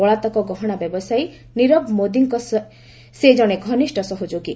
ପଳାତକ ଗହଣା ବ୍ୟବସାୟୀ ନିରବ ମୋଦିଙ୍କ ସେ ଜଣେ ଘନିଷ୍ଠ ସହଯୋଗୀ